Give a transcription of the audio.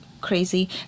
crazy